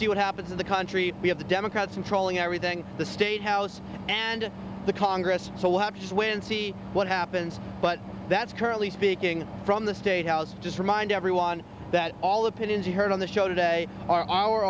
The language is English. see what happens in the country we have the democrats controlling everything the state house and the congress so what happens when see what happens but that's currently speaking from the statehouse just remind everyone that all opinions you heard on the show today are our